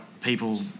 people